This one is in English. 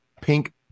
pink